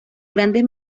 grandes